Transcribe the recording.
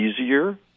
easier